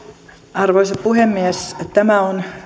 arvoisa puhemies tämä on